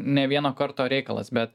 ne vieno karto reikalas bet